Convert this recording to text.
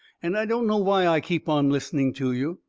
and i don't know why i keep on listening to you.